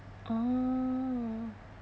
oh